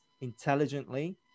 intelligently